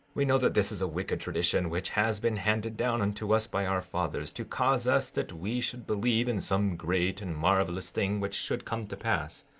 we know that this is a wicked tradition, which has been handed down unto us by our fathers, to cause us that we should believe in some great and marvelous thing which should come to pass,